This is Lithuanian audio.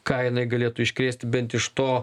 ką jinai galėtų iškrėsti bent iš to